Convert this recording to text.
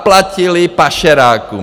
Zaplatili pašerákům.